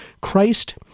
Christ